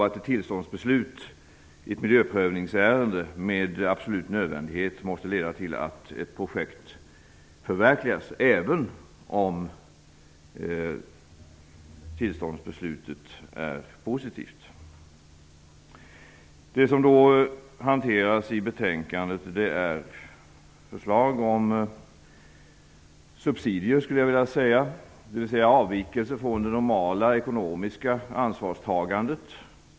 Tillståndsbeslut i ett miljöprövningsärende måste inte med absolut nödvändighet leda till att ett projekt förverkligas - även om tillståndsbeslutet är positivt. avvikelser från det normala ekonomiska ansvarstagandet.